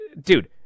Dude